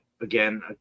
again